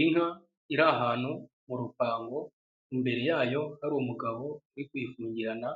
Inka iri ahantu mu rupango imbere yayo hari umugabo uri kuyifungirana,